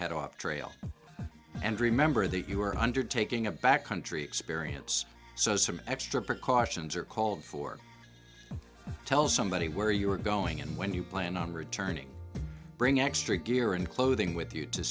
head off trail and remember that you are undertaking a back country experience so some extra precautions are called for tell somebody where you are going and when you plan on returning bring extra gear and clothing with you to